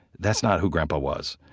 that's not who grandpa was